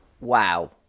Wow